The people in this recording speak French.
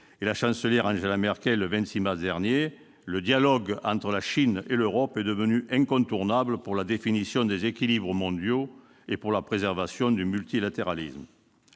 et la Chancelière Angela Merkel, le 26 mars dernier, « le dialogue entre la Chine et l'Europe est devenu incontournable pour la définition des équilibres mondiaux, pour la préservation du multilatéralisme ».